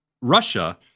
Russia